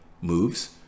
moves